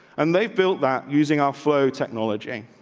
and they've built that using our flow technology.